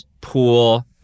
pool